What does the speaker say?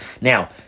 Now